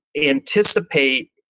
anticipate